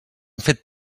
fet